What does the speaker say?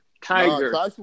Tiger